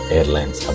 Airlines